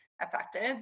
affected